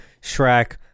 shrek